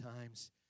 times